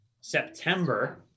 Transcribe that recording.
September